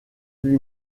lui